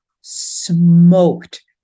smoked